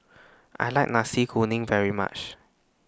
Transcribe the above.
I like Nasi Kuning very much